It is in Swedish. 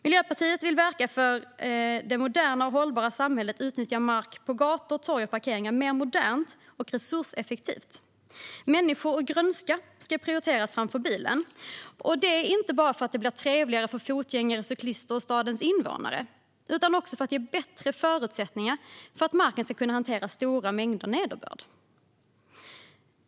Miljöpartiet vill verka för det moderna och hållbara samhället och utnyttja mark på gator, torg och parkeringar mer modernt och resurseffektivt. Människor och grönska ska prioriteras framför bilen - inte bara för att det blir trevligare för fotgängare, cyklister och stadens övriga invånare utan också för att ge bättre förutsättningar för att marken ska kunna hantera stora mängder nederbörd.